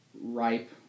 ripe